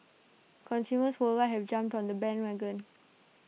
consumers worldwide have jumped on the bandwagon